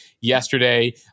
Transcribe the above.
yesterday